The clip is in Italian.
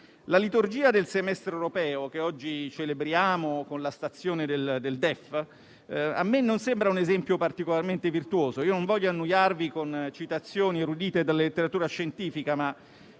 la liturgia del semestre europeo, che oggi celebriamo con la stazione del DEF, a me non sembra un esempio particolarmente virtuoso. Non voglio annoiarvi con citazioni erudite dalla letteratura scientifica,